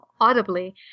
audibly